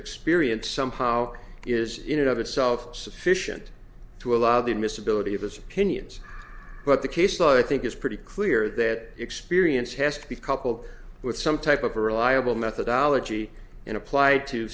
experience somehow is in another self sufficient to allow the admissibility of his opinions but the case law i think is pretty clear that experience has to be coupled with some type of a reliable methodology and appl